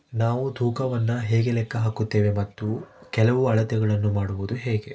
ನಾವು ತೂಕವನ್ನು ಹೇಗೆ ಲೆಕ್ಕ ಹಾಕುತ್ತೇವೆ ಮತ್ತು ಕೆಲವು ಅಳತೆಗಳನ್ನು ಮಾಡುವುದು ಹೇಗೆ?